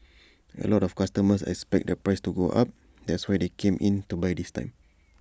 A lot of customers expected the price to go up that's why they came in to buy this time